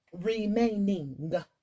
remaining